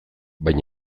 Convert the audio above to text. baina